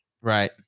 Right